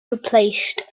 replaced